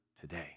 today